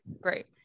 Great